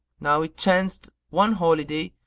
now it chanced one holiday,